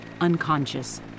unconscious